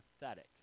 pathetic